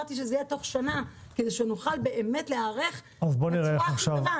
ואמרתי שזה יהיה תוך שנה כדי שנוכל להיערך בצורה הכי טובה.